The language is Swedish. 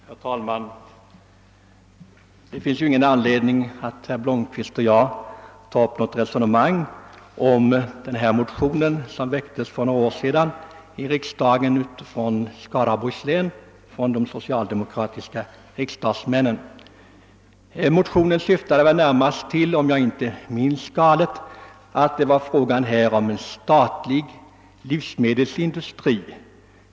Herr talman! Det finns ju ingen an ledning att herr Blomkvist och jag tar upp något resonemang om denna motion som väcktes för några år sedan här i riksdagen av de socialdemokratiska representanterna för Skaraborgs län. Motionen syftade, om jag inte minns galet, närmast till en statlig livsmedelsindustri.